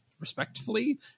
respectfully